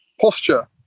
posture